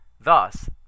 Thus